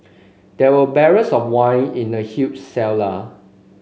there were barrels of wine in the huge cellar